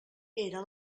era